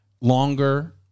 longer